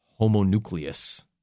homonucleus